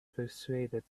persuaded